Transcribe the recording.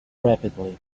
rapidly